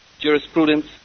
jurisprudence